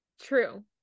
True